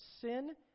Sin